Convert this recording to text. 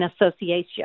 association